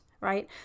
right